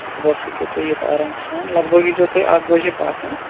صُبحَس ہیٚکِو تُہۍ یِتھ آرام سان لگ بگ ییٖزیو تُہۍ اَکھ بَجے پَتھ ہہ